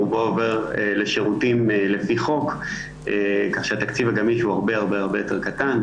רובו עובר לשירותים לפי חוק כך שהתקציב הגמיש הוא הרבה יותר קטן.